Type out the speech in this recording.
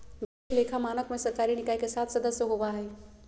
वित्तीय लेखा मानक में सरकारी निकाय के सात सदस्य होबा हइ